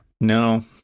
no